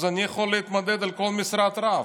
אני יכול להתמודד על כל משרת רב.